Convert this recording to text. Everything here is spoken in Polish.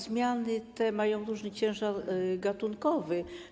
Zmiany te mają różny ciężar gatunkowy.